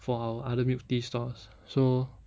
for our other milk tea stores so